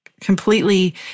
Completely